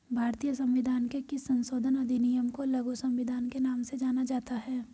भारतीय संविधान के किस संशोधन अधिनियम को लघु संविधान के नाम से जाना जाता है?